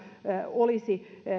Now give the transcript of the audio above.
olisi